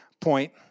point